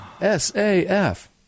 S-A-F